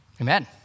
Amen